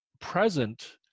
present